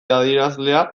adierazlea